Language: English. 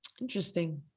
interesting